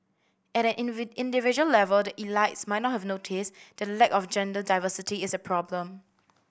at an individual level the elites may not have notice that lack of gender diversity is a problem